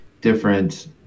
different